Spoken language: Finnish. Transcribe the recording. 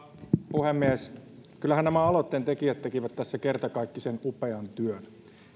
puhemies kyllähän nämä aloitteen tekijät tekivät tässä kertakaikkisen upean työn